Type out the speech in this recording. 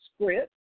script